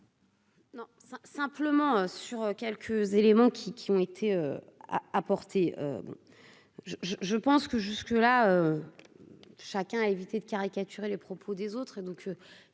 Non, simplement sur quelques éléments qui qui ont été apportées, je, je, je pense que jusque-là chacun à éviter de caricaturer les propos des autres